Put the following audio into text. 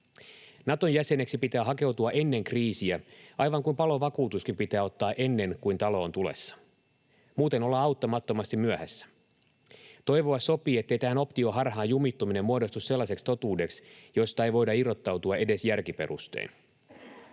Naton jäseneksi pitää hakeutua ennen kriisiä, aivan kuten palovakuutuskin pitää ottaa ennen kuin talo on tulessa. Muuten ollaan auttamattomasti myöhässä. Toivoa sopii, ettei tähän optioharhaan jumittuminen muodostu sellaiseksi totuudeksi, josta ei voida irrottautua edes järkiperustein.